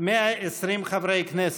120 חברי כנסת,